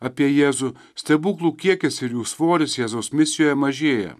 apie jėzų stebuklų kiekis ir jų svoris jėzaus misijoje mažėja